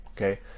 okay